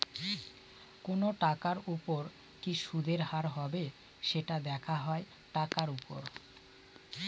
কোনো টাকার উপর কি সুদের হার হবে, সেটা দেখা হয় টাকার উপর